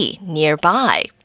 nearby